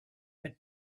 had